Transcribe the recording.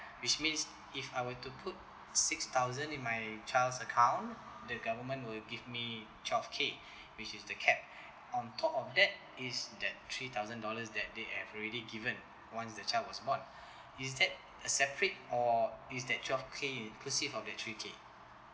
which means if I were to put six thousand in my child's account the government will give me twelve K which is the cap on top of that is that three thousand dollars that they have already given once the child was born is that a separate or is that twelve K inclusive of the three K